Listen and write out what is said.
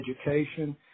education